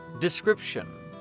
Description